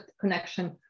connection